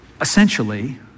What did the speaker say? Essentially